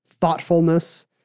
thoughtfulness